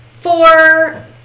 Four